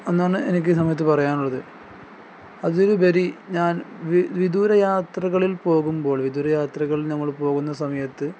എന്നാണ് എനിക്കീ സമയത്ത് പറയാനുള്ളത് അതൊരു വെരി ഞാൻ വിദൂര യാത്രകളിൽ പോകുമ്പോൾ വിദൂര യാത്രകളിൽ നമ്മൾ പോകുന്ന സമയത്ത്